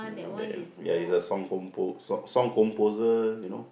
mm ya he's a song compo~ song song composer you know